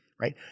Right